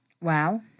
Wow